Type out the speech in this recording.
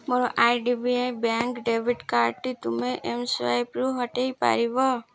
ମୋର I D B I bank debit କାର୍ଡ଼୍ଟି ତୁମେ ଏମ୍ସ୍ୱାଇପ୍ରୁ ହଟେଇ ପାରିବ